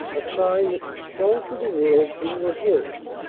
a sign that should show to the world who were his.